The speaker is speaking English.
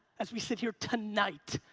as we sit here tonight,